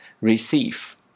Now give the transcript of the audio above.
Receive